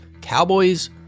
Cowboys